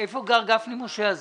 איפה גר גפני משה הזה?